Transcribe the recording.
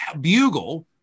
bugle